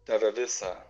tave visą